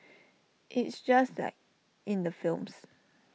it's just like in the films